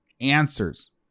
answers